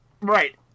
Right